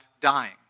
dying